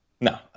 no